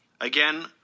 Again